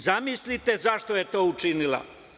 Zamislite zašto je to učinila.